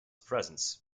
presence